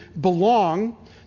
belong